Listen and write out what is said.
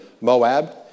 Moab